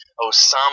Osama